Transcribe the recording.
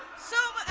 so.